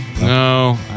No